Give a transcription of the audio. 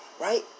Right